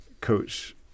coach